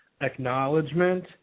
acknowledgement